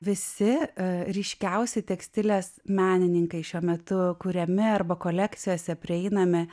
visi ryškiausi tekstilės menininkai šiuo metu kuriami arba kolekcijose prieinami